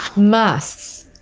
masks,